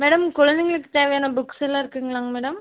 madam குழந்தைங்களுக்கு தேவையான புக்ஸ்ஸெலாம் இருக்குங்களா மேடம்